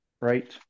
right